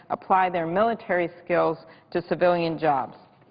apply their military skills to civilian jobs.